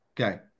Okay